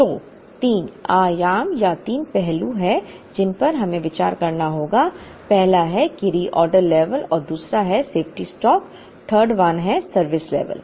तो तीन आयाम या तीन पहलू हैं जिन पर हमें विचार करना होगा पहला है रीऑर्डर लेवल और दूसरा है सेफ्टी स्टॉक 3rd वन है सर्विस लेवल